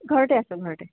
ঘৰতে আছোঁ ঘৰতে